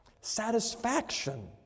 satisfaction